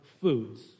foods